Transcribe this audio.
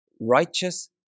righteous